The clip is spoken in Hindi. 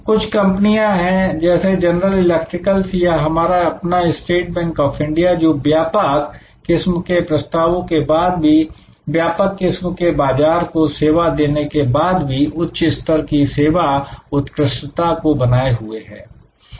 कुछ कंपनियां हैं जैसे जनरल इलेक्ट्रिकल या हमारा अपना स्टेट बैंक ऑफ इंडिया जो व्यापक किस्म के प्रस्तावों के बाद भी व्यापक किस्म के बाजार को सेवा देने के बाद भी उच्च स्तर की सेवा उत्कृष्टता को बनाए हुए हैं